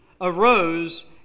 arose